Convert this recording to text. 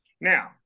now